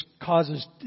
causes